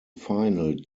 final